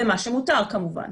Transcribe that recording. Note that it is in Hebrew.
במה שמותר כמובן.